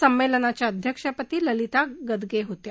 संमेलनाच्या अध्यक्षपदी ललीता गादगे होत्या